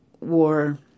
War